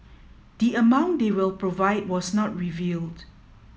the amount they will provide was not revealed